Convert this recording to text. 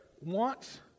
wants